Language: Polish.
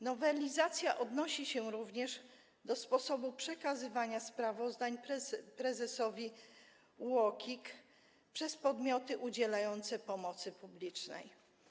Nowelizacja odnosi się również do sposobu przekazywania sprawozdań prezesowi UOKiK przez podmioty udzielające pomocy publicznej.